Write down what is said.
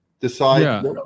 Decide